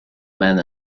men